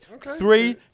Three